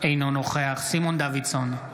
אינו נוכח סימון דוידסון,